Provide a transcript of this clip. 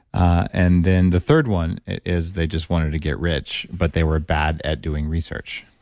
and then the third one is they just wanted to get rich, but they were bad at doing research